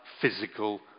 physical